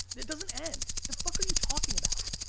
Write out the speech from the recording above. it doesn't end. the fuck are you talking about?